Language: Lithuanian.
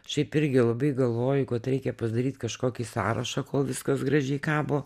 šiaip irgi labai galvoju kod reikia pasdaryt kažkokį sąrašą ko viskas gražiai kabo